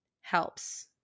helps